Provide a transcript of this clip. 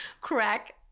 crack